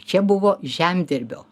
čia buvo žemdirbio